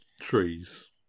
trees